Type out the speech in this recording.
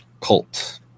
Cult